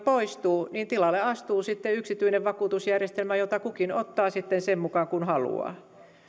poistuu niin tilalle astuu sitten yksityinen vakuutusjärjestelmä jossa kukin ottaa vakuutuksia sitten sen mukaan kuin haluaa